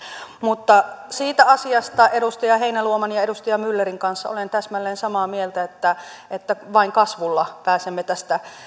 mutta siitä asiasta olen edustaja heinäluoman ja ja edustaja myllerin kanssa täsmälleen samaa mieltä että vain kasvulla pääsemme tästä